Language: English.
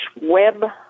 web